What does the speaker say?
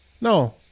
No